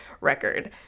record